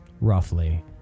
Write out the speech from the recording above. roughly